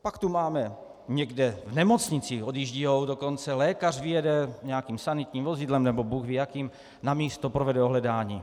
Pak tu máme někde, v nemocnici, odjíždí, dokonce lékař vyjede nějakým sanitním vozidlem, nebo bůhví jakým, na místo, provede ohledání.